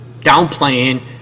downplaying